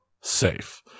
safe